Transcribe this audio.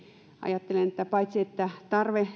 ajattelen että tarve